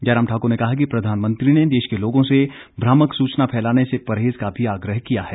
जयराम ठाकुर ने कहा कि प्रधानमंत्री ने देश के लोगों से भ्रामक सूचना फैलाने से परहेज का भी आग्रह किया है